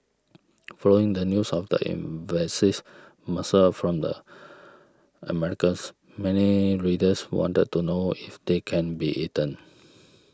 following the news of the invasive mussel from the Americas many readers wanted to know if they can be eaten